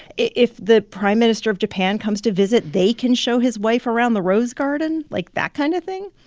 if the prime minister of japan comes to visit, they can show his wife around the rose garden, like that kind of thing.